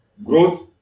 Growth